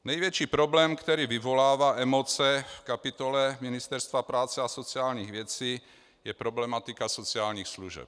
Největší problém, který vyvolává emoce v kapitole Ministerstva práce a sociálních věcí, je problematika sociálních služeb.